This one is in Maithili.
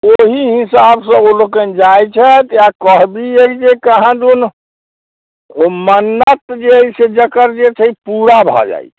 ओहि हिसाबसँ ओ लोकनि जाइ छथि या कहबी अइ जे कहाँदुन ओ मन्नत जे अछि से जकर जे छै से पूरा भऽ जाइ छै